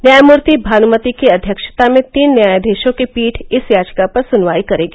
न्यायमूर्ति भानुमति की अध्यक्षता में तीन न्यायाधीशों की पीठ इस याचिका पर सुनवाई करेगी